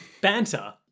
banter